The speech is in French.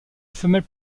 femelle